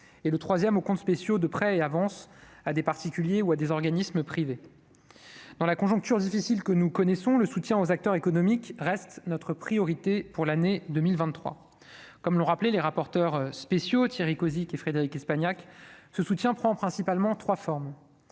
et le troisième aux comptes spéciaux de prêts et avances à des particuliers ou à des organismes privés dans la conjoncture difficile que nous connaissons le soutien aux acteurs économiques reste notre priorité pour l'année 2023, comme l'ont rappelé les rapporteurs spéciaux, Thierry Cozic et Frédérique Espagnac ce soutien prend principalement 3 formes